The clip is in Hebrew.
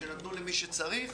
שנתנו למי שצריך.